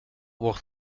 wordt